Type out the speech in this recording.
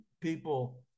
people